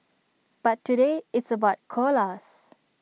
but today it's about koalas